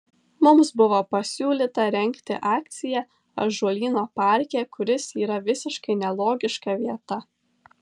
mums buvo pasiūlyta rengti akciją ąžuolyno parke kuris yra visiškai nelogiška vieta